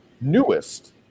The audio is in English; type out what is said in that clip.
newest